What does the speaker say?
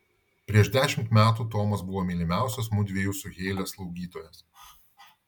prieš dešimt metų tomas buvo mylimiausias mudviejų su heile slaugytojas